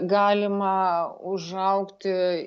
galima užaugti